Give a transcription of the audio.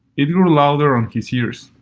it grew louder on his ears.